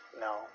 No